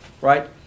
right